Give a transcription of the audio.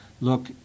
look